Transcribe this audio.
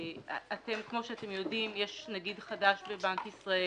כמו שאתם יודעים, יש נגיד חדש בבנק ישראל.